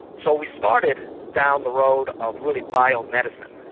so we started down the road of really biomedicine.